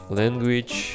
language